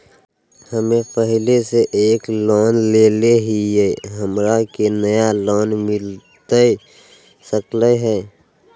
हमे पहले से एक लोन लेले हियई, हमरा के नया लोन मिलता सकले हई?